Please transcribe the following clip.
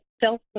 self